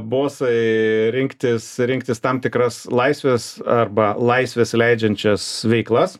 bosai rinktis rinktis tam tikras laisves arba laisvės leidžiančias veiklas